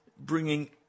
bringing